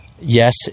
yes